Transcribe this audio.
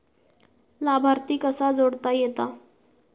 लाभार्थी कसा जोडता येता?